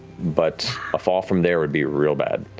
but a fall from there would be real bad.